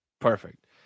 perfect